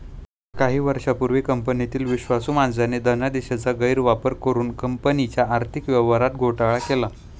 काही वर्षांपूर्वी कंपनीतील विश्वासू माणसाने धनादेशाचा गैरवापर करुन कंपनीच्या आर्थिक व्यवहारात घोटाळा केला